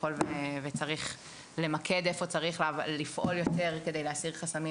ככל שצריך למקד איפה צריך לפעול יותר כדי להסיר חסמים,